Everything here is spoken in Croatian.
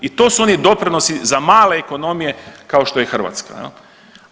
I to su oni doprinosi za male ekonomije kao što je Hrvatska jel.